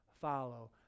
follow